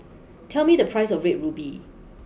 tell me the price of Red ruby